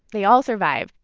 they all survive.